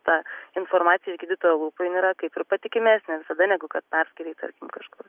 ta informacija iš gydytojo lūpų jin yra kaip ir patikimesnė visada negu kad perskaityta kažkur